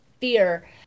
fear